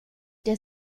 der